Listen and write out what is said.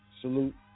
salute